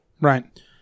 Right